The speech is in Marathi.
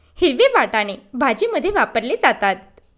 हिरवे वाटाणे भाजीमध्ये वापरले जातात